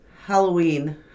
Halloween